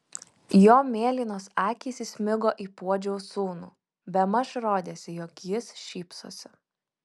jo mėlynos akys įsmigo į puodžiaus sūnų bemaž rodėsi jog jis šypsosi